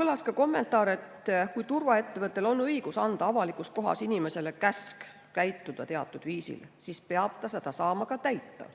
Kõlas ka kommentaar, et kui turvaettevõttel on õigus anda avalikus kohas inimesele käsk käituda teatud viisil, siis peab ta saama seda ka tagada.